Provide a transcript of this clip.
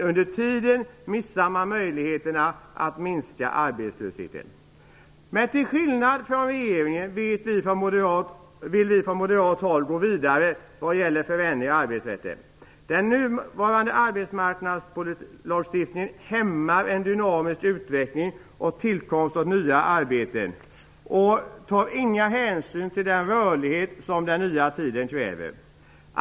Under tiden missar man möjligheterna att minska arbetslösheten. Till skillnad från regeringen vill vi från moderat håll gå vidare när det gäller förändring av arbetsrätten. Den nuvarande arbetsmarknadslagstiftningen hämmar en dynamisk utveckling och tillkomsten av nya arbeten. Den tar inga hänsyn till den rörlighet som den nya tiden kräver.